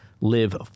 live